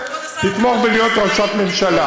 תתמוך בי להיות ראשת ממשלה.